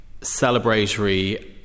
celebratory